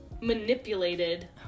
manipulated